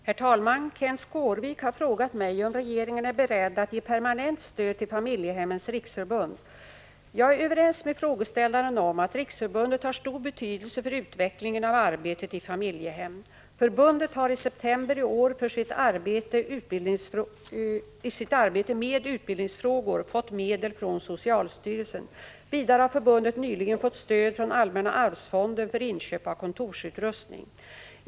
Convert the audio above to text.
Herr talman! Kenth Skårvik har frågat mig om regeringen är beredd att ge permanent stöd till Familjehemmens riksförbund. Jag är överens med frågeställaren om att riksförbundet har stor betydelse för utvecklingen av arbetet i familjehem. Förbundet har i september i år för sitt arbete med utbildningsfrågor fått medel från socialstyrelsen. Vidare har förbundet nyligen fått stöd från Allmänna arvsfonden för inköp av kontorsutrustning.